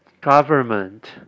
government